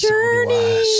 Journey